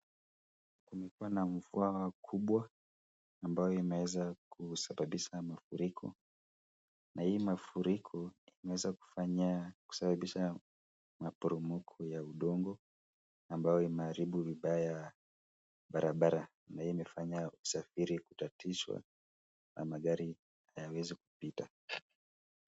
Kumekua na mvua kubwa ambayo imeweza kusababisha mafuriko, na hii mafuriko imeweza kufanya kusababisha maporomoko ya udongo ambayo imeharibu vibaya barabara na hii imefanya kusafiri kutatishwa na magari hayawezi kupita